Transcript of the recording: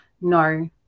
No